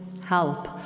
help